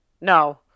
No